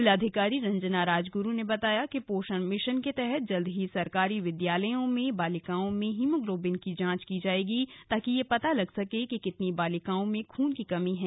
जिलाधिकारी रंजना राजगुरू ने बताया कि पोषण मिशन के तहत जल्द ही सरकारी विद्यालयों में बालिकाओं में हिमोग्लोबिन की जांच की जाएगी ताकि यह पता लग सके कि कितनी बालिकाओं में खून की कमी है